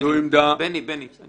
זו עמדה --- בני, בני.